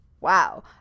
Wow